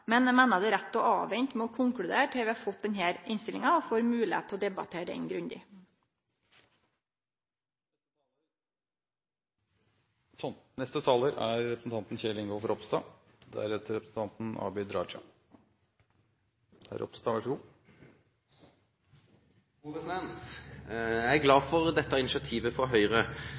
Men eg meiner det er rett å vente med å konkludere til vi har fått denne innstillinga og får moglegheit til å debattere ho grundig. Jeg er glad for dette initiativet fra Høyre.